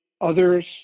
others